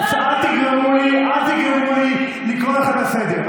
אל תגרמו לי לקרוא אתכם לסדר.